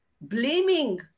blaming